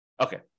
Okay